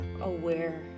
aware